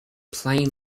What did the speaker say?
plane